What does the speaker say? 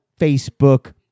Facebook